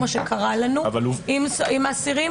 כמו שקרה לנו עם אסירים,